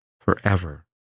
forever